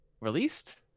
Released